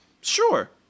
Sure